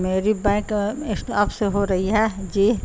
میری بینک اسٹ آپ سے ہو رہی ہے جی